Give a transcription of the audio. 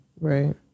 Right